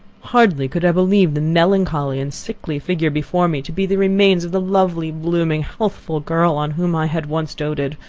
hardly could i believe the melancholy and sickly figure before me, to be the remains of the lovely, blooming, healthful girl, on whom i had once doted.